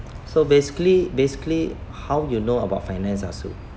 so basically basically how you know about finance ah sue